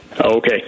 Okay